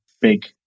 big